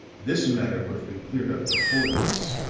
this matter would have been cleared up before this,